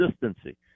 consistency